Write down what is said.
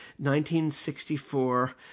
1964